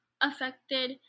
affected